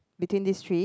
between these three